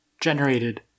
generated